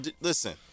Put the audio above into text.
Listen